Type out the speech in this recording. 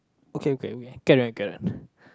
okay okay we can carry on carry on